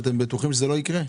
אתם בטוחים שזה לא יקרה?